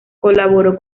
colaboró